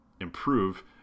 improve